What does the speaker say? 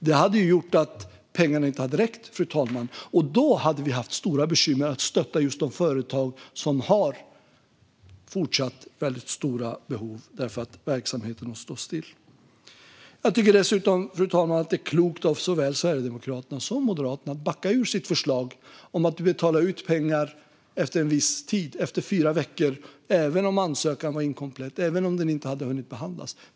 Det hade gjort att pengarna inte skulle ha räckt, och då skulle vi ha haft stora bekymmer att stötta just de företag som fortsätter att ha väldigt stora behov för att verksamheten har stått still. Fru talman! Jag tycker att det är klokt av såväl Sverigedemokraterna som Moderaterna att backa från sitt förslag om att betala ut pengar efter fyra veckor även om ansökan var inkomplett eller inte hade hunnit behandlas.